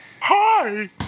Hi